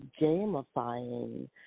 gamifying